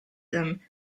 them